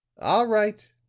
all right,